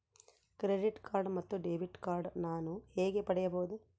Credit card ಮತ್ತು debit card ನಾನು ಹೇಗೆ ಪಡೆಯಬಹುದು?